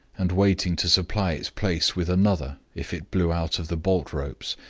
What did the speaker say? and waiting to supply its place with another, if it blew out of the bolt-ropes,